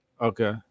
Okay